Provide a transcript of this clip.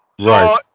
Right